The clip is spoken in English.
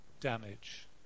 damage